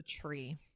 tree